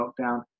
lockdown